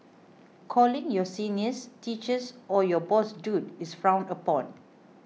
calling your seniors teachers or your boss dude is frowned upon